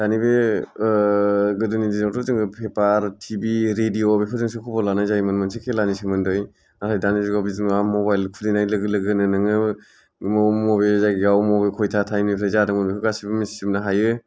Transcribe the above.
दानि बे ओ गोदोनि दिनावथ' जोङो पेपार टि भि रेदिअ' बेफोरजोंसो खबर लानाय जायोमोन मोनसे खेलानि सोमोन्दै नाथाय दानि जुगाव बिदि नङा मबाइल खुलिनाय लोगो लोगोनो नोङो मबे जायगायाव मबे खयथा टाइम निफ्राय जादोंमोन बेफोर गासिबो मिथिजोबनो हायो